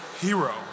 hero